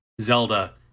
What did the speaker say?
Zelda